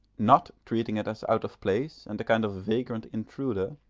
not treating it as out of place and a kind of vagrant intruder,